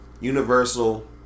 Universal